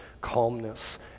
calmness